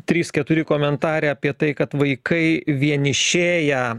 trys keturi komentarai apie tai kad vaikai vienišėja